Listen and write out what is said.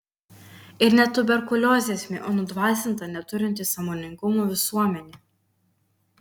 ir ne tuberkuliozė esmė o nudvasinta neturinti sąmoningumo visuomenė